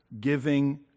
giving